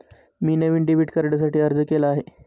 मी नवीन डेबिट कार्डसाठी अर्ज केला आहे